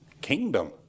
kingdom